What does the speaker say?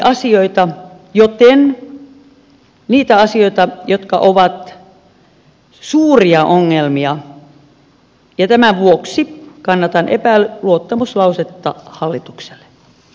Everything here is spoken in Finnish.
siinä tuli ilmi asioita jotka ovat suuria ongelmia ja tämän vuoksi kannatan epäluottamuslausetta hallitukselle